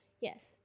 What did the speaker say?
Yes